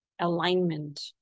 alignment